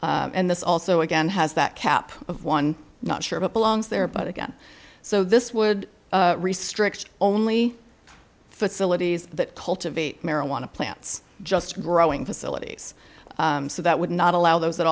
s and this also again has that cap of one not sure what belongs there but again so this would restrict only facilities that cultivate marijuana plants just growing facilities so that would not allow those at